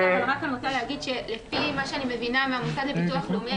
לפי מה שאני מבינה מהמוסד לביטוח לאומי,